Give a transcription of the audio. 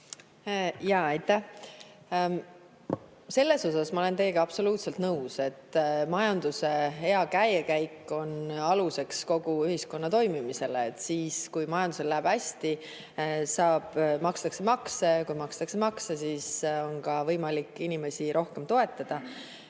Aitäh! Selles osas ma olen teiega absoluutselt nõus, et majanduse hea käekäik on aluseks kogu ühiskonna toimimisele. Kui majandusel läheb hästi, siis makstakse makse, kui makstakse makse, siis on ka võimalik inimesi rohkem toetada.